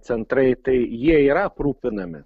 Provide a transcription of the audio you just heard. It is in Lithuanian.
centrai tai jie yra aprūpinami